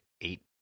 eight